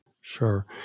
Sure